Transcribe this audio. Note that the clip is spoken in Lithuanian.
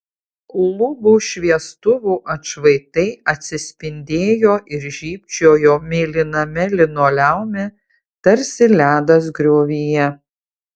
lubų šviestuvų atšvaitai atsispindėjo ir žybčiojo mėlyname linoleume tarsi ledas griovyje